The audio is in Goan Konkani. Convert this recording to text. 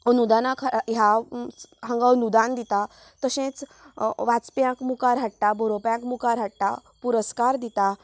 अनुदानक ह्या हांगा अनुदान दिता तशेंच वाचप्याक मुखार हाडटा बरोवपाक मुखार हाडटा पुरस्कार दिता